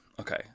okay